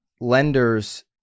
lenders